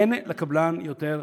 אין לקבלן יותר say.